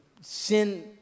Sin